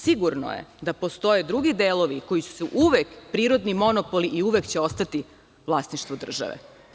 Sigurno je da postoje drugi delovi koji su uvek prirodni monopoli i uvek će ostati vlasništvo države.